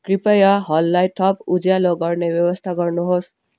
कृपया हललाई थप उज्यालो गर्ने व्यवस्था गर्नुहोस्